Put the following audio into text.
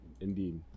Indeed